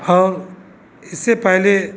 और इससे पहले